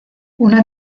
una